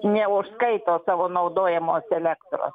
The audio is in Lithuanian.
neužskaito savo naudojamos elektros